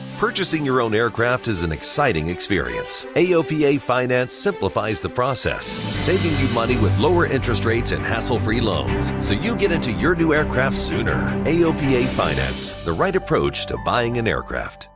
purchasing your own aircraft is an exciting experience. aopa finance simplifies the process. saving you money with lower interest rates and hassle free loans. so you get into your new aircraft sooner. aopa finance the right approach to buying an aircraft.